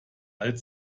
alt